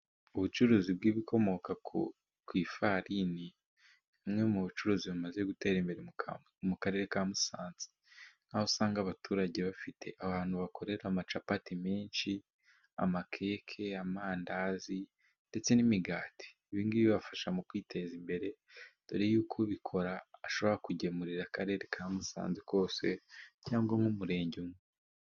Ubucuruzi bw'ibikomoka ku ifarini bumwe mu bucuruzi bamaze gutera imbere mu karere ka Musanze. Usanga abaturage bafite abantu bakorera amacapati menshi, amakeke, amandahazi, ndetse n'imigati. Ibi bibafasha mu kwiteza imbere dore yuko ubikora ashobora kugemurira akarere ka Musanze kose cyangwa nk'umurenge umwe.